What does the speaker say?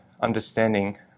understanding